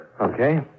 Okay